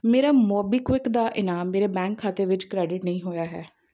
ਮੇਰਾ ਮੋਬੀਕਵਿਕ ਦਾ ਇਨਾਮ ਮੇਰੇ ਬੈਂਕ ਖਾਤੇ ਵਿੱਚ ਕ੍ਰੈਡਿਟ ਨਹੀਂ ਹੋਇਆ ਹੈ